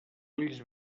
ulls